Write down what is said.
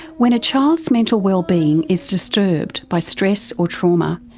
when a child's mental wellbeing is disturbed by stress or trauma,